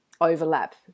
overlap